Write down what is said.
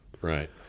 Right